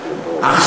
מבין.